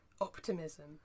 optimism